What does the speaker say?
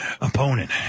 opponent